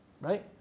Right